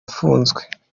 afunzwe